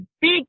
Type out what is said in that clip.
big